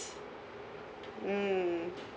mm